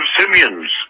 simians